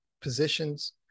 positions